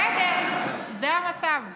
בסדר, זה המצב.